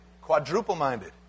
quadruple-minded